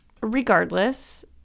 Regardless